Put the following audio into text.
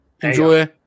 Enjoy